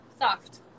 soft